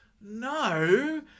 No